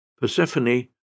Persephone